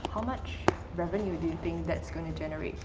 how much revenue do you think that's gonna generate